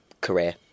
career